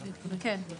כן.